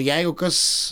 jeigu kas